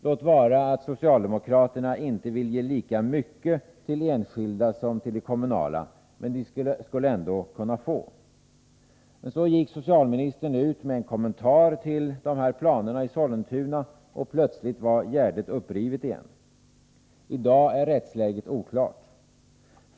Låt vara att socialdemokraterna inte vill ge lika mycket till de enskilda som till de kommunala, men de skulle ändå kunna få. Men så gick socialministern ut med en kommentar när det gäller de här planerna i Sollentuna, och plötsligt var gärdet upprivet igen. I dag är rättsläget oklart.